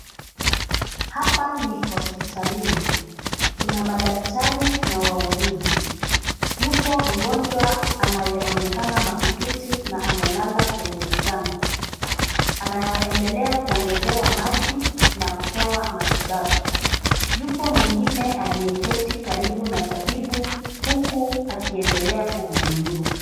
Hapa ni hospitalini. Kuna madaktari na wauguzi. Yupo mgonjwa anayeonekana maututi, na amelala kwenye kitanda. Anaendelea kuongezewa maji na kupewa matibabu. Yupo mwingine aliyeketi karibu na tabibu, huku akiendelea kuhudumiwa.